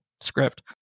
script